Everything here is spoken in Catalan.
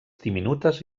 diminutes